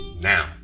Now